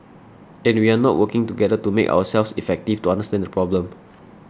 and we are not working together to make ourselves effective to understand the problem